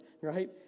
right